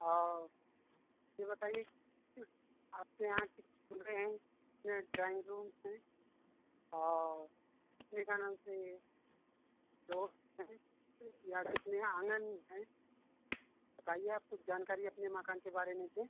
और ये बताईए कि आपके यहाँ कितने कमरे हैं कितने ड्राइंग रूम हैं और कितने क्या नाम से फ्लोर हैं या कितने आँगन हैं बताईए आप कुछ जानकारी अपने मकान के बारे में दें